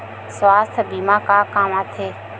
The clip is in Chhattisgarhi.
सुवास्थ बीमा का काम आ थे?